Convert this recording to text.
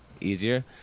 easier